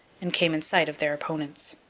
and came in sight of their opponents.